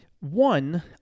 One